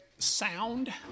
sound